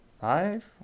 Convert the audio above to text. five